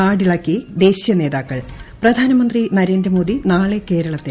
നാടിളക്കി ദേശീയ നേതാക്കൾ പ്രധാനമന്ത്രി നരേന്ദ്രമോദി നാളെ കേരളത്തിൽ